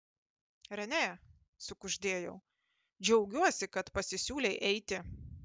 renė sukuždėjau džiaugiuosi kad pasisiūlei eiti